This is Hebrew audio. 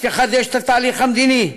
שתחדש את התהליך המדיני,